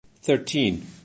thirteen